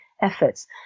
efforts